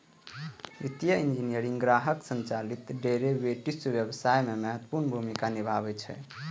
वित्तीय इंजीनियरिंग ग्राहक संचालित डेरेवेटिव्स व्यवसाय मे महत्वपूर्ण भूमिका निभाबै छै